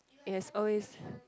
it has always